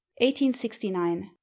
1869